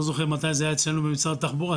לא זוכר מתי זה היה אצלנו במשרד התחבורה.